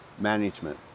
Management